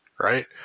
right